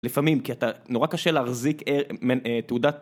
לפעמים כי אתה. נורא קשה להחזיק תעודת